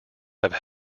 have